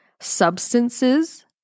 substances